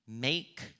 make